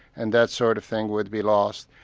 and that sort of thing would be lost.